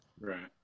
Right